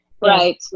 Right